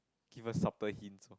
give her subtle hints